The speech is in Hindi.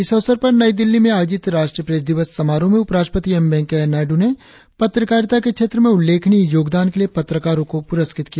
इस अवसर पर नई दिल्ली में आयोजित राष्ट्रीय प्रेस दिवस समारोह में उपराष्ट्रपति एम वेंकैया नायडू ने पत्रकारिता के क्षेत्र में उल्लेखनीय योगदान के लिए पत्रकारो को पुरस्कृत किया